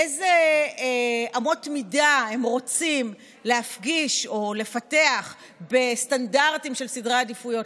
אילו אמות מדינה הם רוצים להפגיש או לפתח בסטנדרטים של סדרי עדיפויות.